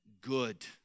good